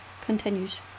continues